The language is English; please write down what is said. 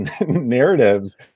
narratives